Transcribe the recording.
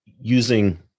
using